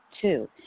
Two